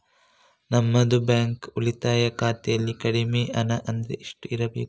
ನಮ್ಮದು ಬ್ಯಾಂಕ್ ಉಳಿತಾಯ ಖಾತೆಯಲ್ಲಿ ಕಡಿಮೆ ಹಣ ಅಂದ್ರೆ ಎಷ್ಟು ಇರಬೇಕು?